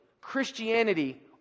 Christianity